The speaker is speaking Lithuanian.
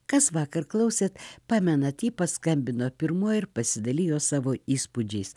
kas vakar klausėt pamenat ji paskambino pirmoji ir pasidalijo savo įspūdžiais